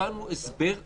וקיבלנו הסבר הפוך.